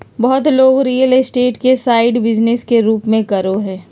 बहुत लोग real estate के साइड बिजनेस के रूप में करो हइ